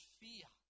fear